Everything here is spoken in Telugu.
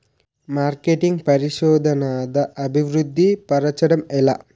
మార్కెటింగ్ పరిశోధనదా అభివృద్ధి పరచడం ఎలా